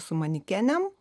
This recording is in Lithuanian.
su manekenėm